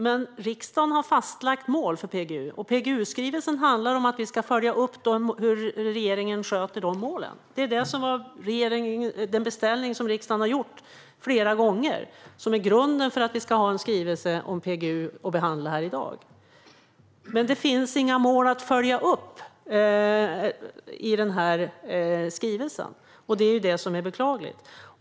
Men riksdagen har fastlagt mål för PGU. PGU-skrivelsen handlar om att följa upp hur regeringen sköter målen. Det är den beställning riksdagen har gjort flera gånger, det vill säga grunden för en skrivelse om PGU att behandla här i dag. Men det finns inga mål att följa upp i skrivelsen. Det är beklagligt.